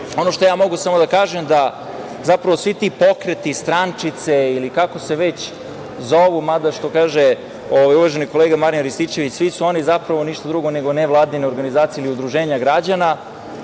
preko 7%.Mogu samo da kažem da zapravo svi ti pokreti, strančice ili kako se već zovu mada, što kaže uvaženi kolega Marijan Rističević, svi su oni zapravo ništa drugo nego nevladine organizacije ili udruženja građana,